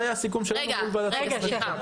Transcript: זה היה הסיכום שלנו מול ועדת שרים לחקיקה.